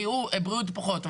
בריאות בריאות פחות,